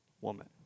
woman